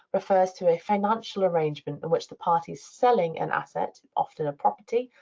refers to a financial arrangement in which the parties selling an asset, often a property,